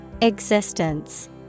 Existence